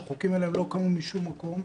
החוקים האלה הם לא קמו משום מקום.